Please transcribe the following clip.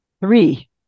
three